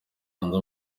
hanze